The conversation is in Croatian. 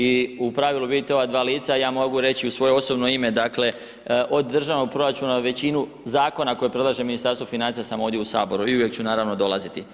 I u pravilu, vidite ova dva lica, ja mogu reći u svoje osobno ime, dakle od državnog proračuna većinu zakona koje predlaže Ministarstvo financija sam ovdje u saboru i uvijek ću naravno dolaziti.